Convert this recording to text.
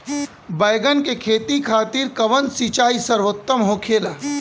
बैगन के खेती खातिर कवन सिचाई सर्वोतम होखेला?